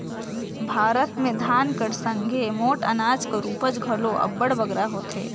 भारत में धान कर संघे मोट अनाज कर उपज घलो अब्बड़ बगरा होथे